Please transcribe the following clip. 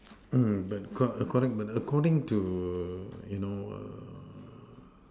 but correct but according to you know